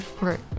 right